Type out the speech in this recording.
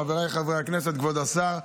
חבריי חברי הכנסת, כבוד השר,